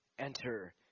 Enter